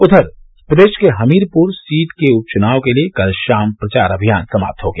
उधर प्रदेश के हमीरपुर सीट के उप चुनाव के लिए कल शाम प्रचार अभियान समाप्त हो गया